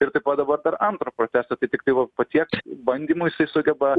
ir taip pat dabar dar antro protesto tai tiktai va po tiek bandymų jisai sugeba